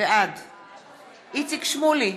בעד איציק שמולי,